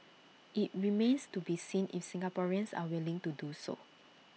IT remains to be seen if Singaporeans are willing to do so